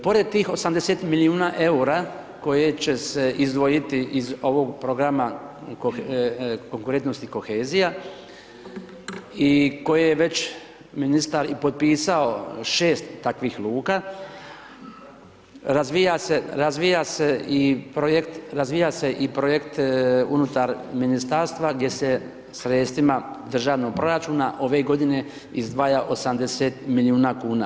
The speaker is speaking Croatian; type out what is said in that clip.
Pored tih 80 milijuna eura koje će se izdvojiti iz ovog programa konkurentnosti kohezija i koje je već ministar i potpisao, 6 takvih luka, razvija se i projekt unutar ministarstva gdje se sredstvima državnog proračuna ove godine izdvaja 80 milijuna kuna.